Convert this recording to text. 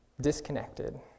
disconnected